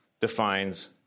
defines